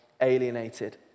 alienated